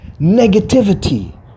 negativity